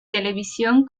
televisión